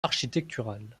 architecturale